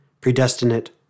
predestinate